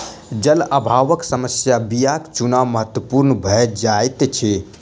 जल अभावक समय बीयाक चुनाव महत्पूर्ण भ जाइत अछि